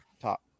top